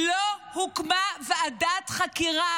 לא הוקמה ועדת חקירה.